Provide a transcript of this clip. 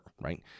Right